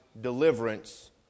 deliverance